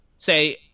say